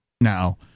Now